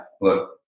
look